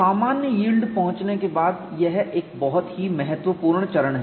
सामान्य यील्ड पहुंचने के बाद यह एक बहुत ही महत्वपूर्ण चरण है